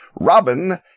Robin